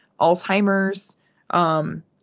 Alzheimer's